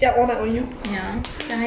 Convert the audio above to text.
ya